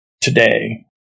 today